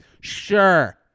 Sure